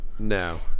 No